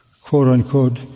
quote-unquote